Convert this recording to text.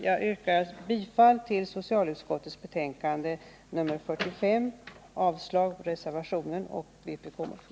Jag yrkar bifall till hemställan i socialutskottets betänkande nr 45 och avslag på reservationen och vpk-motionen.